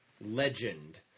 legend